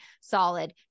solid